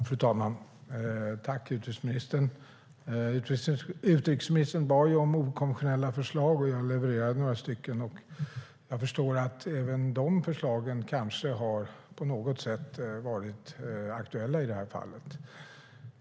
Fru talman! Tack, utrikesministern! Utrikesministern bad ju om okonventionella förslag och jag levererade några stycken. Jag förstår att även de förslagen på något sätt kanske har varit aktuella i det här fallet.